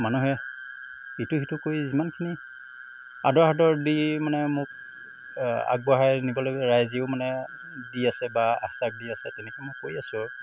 মানুহে ইটো সিটো কৰি যিমানখিনি আদৰ সাদৰ দি মানে মোক আগবঢ়াই নিবলৈ ৰাইজেও মানে দি আছে বা আশ্বাস দি আছে তেনেকৈ মই কৰি আছো আৰু